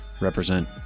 represent